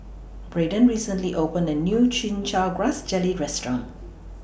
Braden recently opened A New Chin Chow Grass Jelly Restaurant